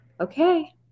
okay